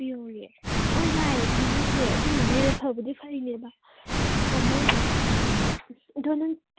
ꯑꯣ ꯌꯥꯏꯌꯦ ꯊꯥꯖꯟꯁꯦ ꯑꯗꯨꯒꯨꯝꯕꯅ ꯍꯦꯟꯅ ꯐꯕꯨꯗꯤ ꯐꯩꯅꯦꯕ ꯀꯥꯟꯅꯩꯕ ꯑꯗꯣ ꯅꯪ